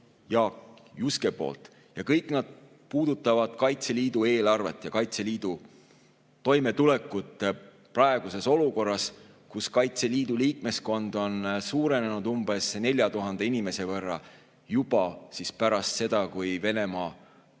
Kõik nad puudutavad Kaitseliidu eelarvet ja Kaitseliidu toimetulekut praeguses olukorras, kus Kaitseliidu liikmeskond on suurenenud juba umbes 4000 inimese võrra, pärast seda, kui Venemaa